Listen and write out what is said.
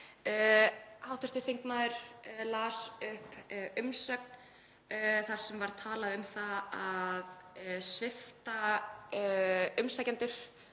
Hv. þingmaður las upp umsögn þar sem var talað um að svipta umsækjendur